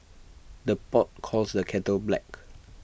the pot calls the kettle black